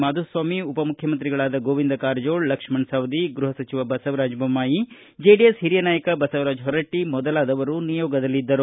ಮಾಧುಸ್ವಾಮಿ ಉಪಮುಖ್ಯಮಂತ್ರಿಗಳಾದ ಗೋವಿಂದ ಕಾರಜೋಳ ಲಕ್ಷ್ಣ ಸವದಿ ಗೃಹ ಸಚಿವ ಬಸವರಾಜ ಬೊಮ್ಲಾಯಿ ಜೆಡಿಎಸ್ ಹಿರಿಯ ನಾಯಕ ಬಸವರಾಜ ಹೊರಟ್ಟ ಮೊದಲಾದವರು ನಿಯೋಗದಲ್ಲಿದ್ದರು